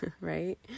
right